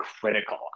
critical